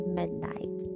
midnight